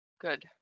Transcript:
Good